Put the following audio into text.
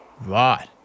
Right